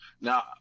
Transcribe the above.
Now